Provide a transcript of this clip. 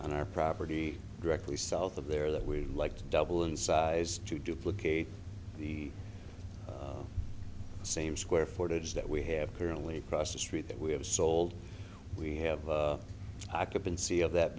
on our property directly south of there that we like to double in size to duplicate the same square footage that we have currently cross the street that we have sold we have occupancy of that